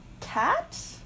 cat